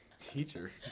Teacher